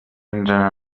deiner